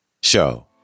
Show